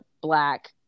black